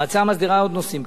ההצעה מסדירה עוד נושאים,